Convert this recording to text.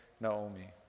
Naomi